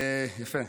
יפה.